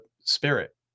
Spirit